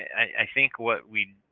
i think what we